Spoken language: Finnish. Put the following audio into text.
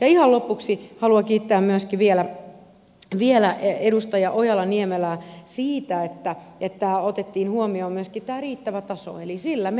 ihan lopuksi haluan kiittää myöskin vielä edustaja ojala niemelää siitä että otettiin huomioon myöskin tämä riittävä taso eli sillä me menemme